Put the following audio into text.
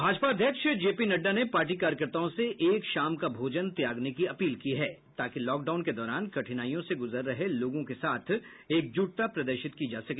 भाजपा अध्यक्ष जेपी नड्डा ने पार्टी कार्यकर्ताओं से एक शाम का भोजन त्यागने की अपील की है ताकि लॉकडाउन के दौरान कठिनाइयों से गुजर रहे लोगों के साथ एकजुटता प्रदर्शित की जा सके